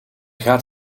gaat